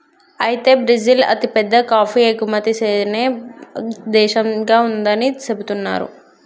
అయితే బ్రిజిల్ అతిపెద్ద కాఫీ ఎగుమతి సేనే దేశంగా ఉందని సెబుతున్నారు